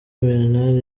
bernard